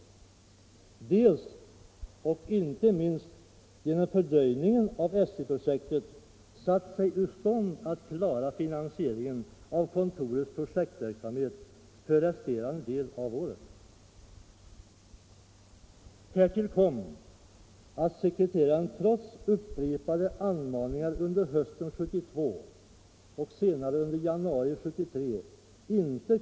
Handelssekreteraren var medveten om detta.